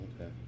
Okay